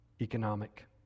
economic